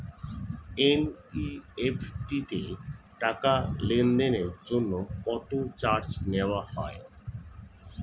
NEFT তে টাকা লেনদেনের জন্য কত চার্জ নেয়া হয়?